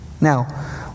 Now